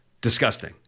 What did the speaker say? Disgusting